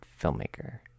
filmmaker